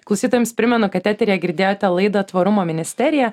klausytojams primenu kad eteryje girdėjote laidą tvarumo ministerija